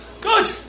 Good